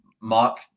Mark